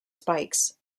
spikes